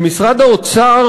שמשרד האוצר,